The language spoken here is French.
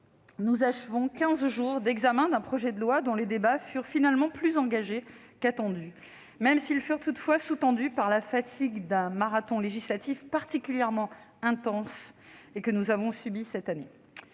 nous achevons quinze jours d'examen d'un projet de loi dont les débats furent finalement plus engagés qu'attendu, même s'ils furent toutefois sous-tendus par la fatigue du marathon législatif particulièrement intense que nous avons subi cette année.